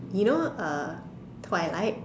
you know uh twilight